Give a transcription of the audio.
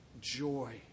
joy